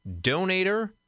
donator